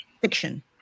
fiction